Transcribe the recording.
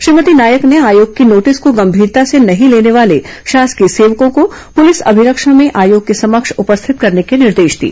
श्रीमती नायक ने आयोग की नोटिस को गंभीरता से नहीं लेने वाले शासकीय सेवकों को पूलिस अभिरक्षा में आयोग के समक्ष उपस्थित करने के निर्देश दिए